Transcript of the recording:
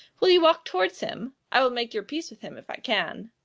will you walk towards him? i will make your peace with him, if i can.